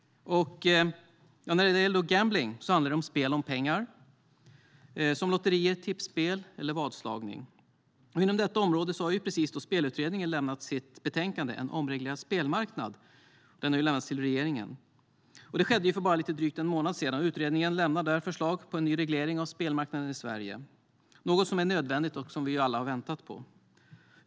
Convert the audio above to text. Gambling handlar om spel om pengar, som lotterier, tipsspel eller vadslagning. Inom detta område har Spellicensutredningen precis lämnat sitt betänkande En omreglerad spelmarknad till regeringen, för bara lite drygt en månad sedan. Utredningen lämnar förslag till en ny reglering av spelmarknaden i Sverige. Det är något som är nödvändigt och som vi alla väntat på.